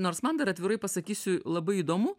nors man dar atvirai pasakysiu labai įdomu